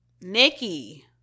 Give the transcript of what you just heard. Nikki